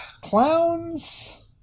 clowns